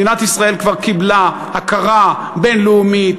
מדינת ישראל כבר קיבלה הכרה בין-לאומית,